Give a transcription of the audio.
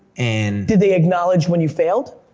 and did they acknowledge when you failed?